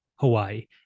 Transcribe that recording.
Hawaii